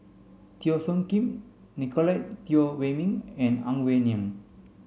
Teo Soon Kim Nicolette Teo Wei min and Ang Wei Neng